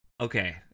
Okay